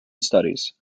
studies